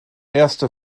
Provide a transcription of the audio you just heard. erste